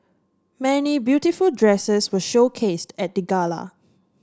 many beautiful dresses were showcased at the gala